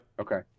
Okay